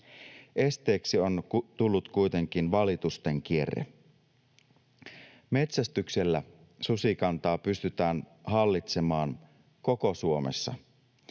Esteeksi on tullut kuitenkin valitusten kierre. Metsästyksellä susikantaa pystytään hallitsemaan koko Suomessa.